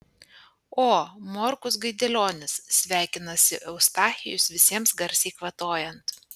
o morkus gaidelionis sveikinasi eustachijus visiems garsiai kvatojant